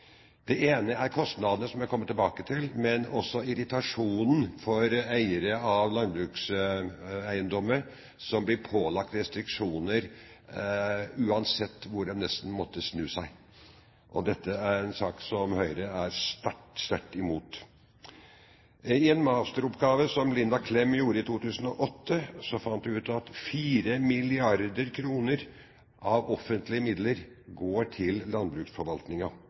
Det ene er kostnader, som jeg kommer tilbake til, men det er også irritasjonen for eiere av landbrukseiendommer som blir pålagt restriksjoner, uansett nesten hvor de måtte snu seg. Og dette er en sak som Høyre er sterkt, sterkt imot. I en masteroppgave som Linda Klem gjorde i 2008, fant hun ut at 4 mrd. kr av offentlige midler går til